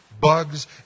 bugs